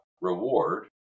reward